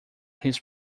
his